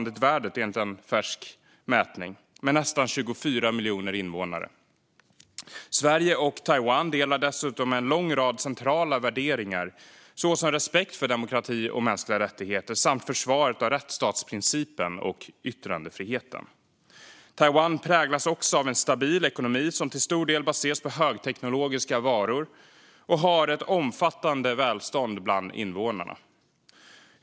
Det är enligt en färsk mätning faktiskt det åttonde mest demokratiska landet i världen. Sverige och Taiwan delar dessutom en lång rad centrala värderingar såsom respekt för demokrati och mänskliga rättigheter samt försvaret av rättsstatsprincipen och yttrandefriheten. Taiwan präglas också av en stabil ekonomi som till stor del baseras på högteknologiska varor och har ett omfattande välstånd bland invånarna.